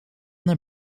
naar